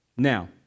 Now